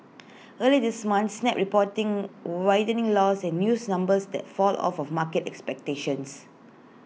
early this month snap reporting widening loss and use numbers that fall of A market expectations